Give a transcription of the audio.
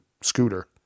scooter